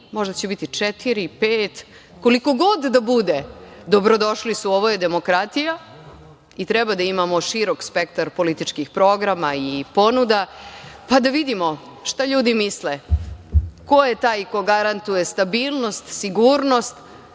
možda će biti četiri, pet. Koliko god da bude dobrodošli su, ovo je demokratija i treba da imamo širok spektar političkih programa i ponuda pa da vidimo šta ljudi misle, ko je taj ko garantuje stabilnost, sigurnost,